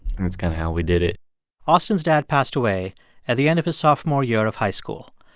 that's kind of how we did it austin's dad passed away at the end of his sophomore year of high school.